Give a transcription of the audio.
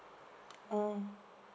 uh